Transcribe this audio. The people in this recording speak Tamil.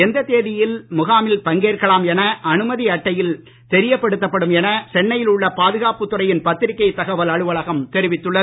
எந்த தேதியில் முகாமில் பங்கேற்கலாம் என அனுமதி அட்டையில் தெரியப்படுத்தப்படும் என சென்னையில் உள்ள பாதுகாப்பு துறையின் பத்திரிக்கை தகவல் அலுவலகம் தெரிவித்துள்ளது